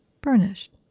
burnished